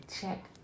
check